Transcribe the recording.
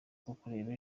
kukureba